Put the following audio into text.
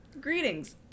Greetings